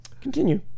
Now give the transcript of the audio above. Continue